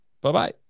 bye-bye